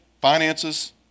finances